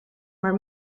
maar